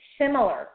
similar